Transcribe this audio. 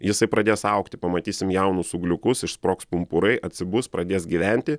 jisai pradės augti pamatysim jaunus ūgliukus išsprogs pumpurai atsibus pradės gyventi